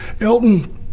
Elton